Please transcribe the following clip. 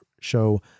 show